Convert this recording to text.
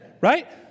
Right